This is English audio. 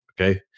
Okay